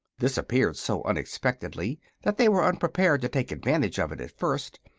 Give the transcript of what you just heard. this appeared so unexpectedly that they were unprepared to take advantage of it at first,